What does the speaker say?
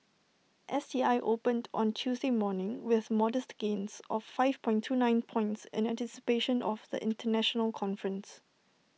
S T I opened on Tuesday morning with modest gains of five point two night points in anticipation of the International conference